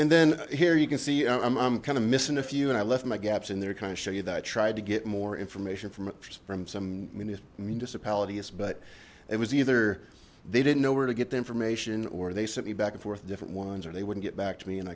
and then here you can see i'm kind of missing a few and i left my gaps in there kind of show you that i tried to get more information from some municipalities but it was either they didn't know where to get the information or they sent me back and forth of different ones or they wouldn't get back to me and